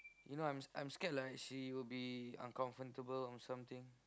you know I'm I'm scared like she will be uncomfortable or something